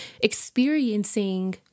experiencing